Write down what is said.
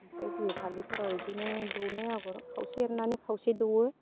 ओमफ्राय बिहुफालिफोराव इदिनो दौनाय आगर खावसे एरनानै खावसे दौओ